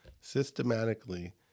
systematically